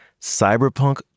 Cyberpunk